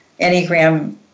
enneagram